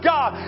God